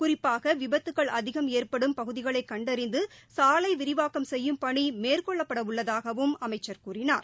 குறிப்பாக விபத்துக்கள் அதிகம் அஏற்படும் பகுதிககை கண்டறிந்துசாலைவிரிவாக்கம் செய்யும் பணிமேற்கொள்ளப்படஉள்ளதாகவும் அமைச்சர் கூறினார்